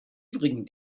übrigen